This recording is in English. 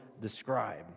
describe